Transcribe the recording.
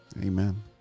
Amen